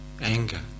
anger